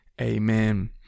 Amen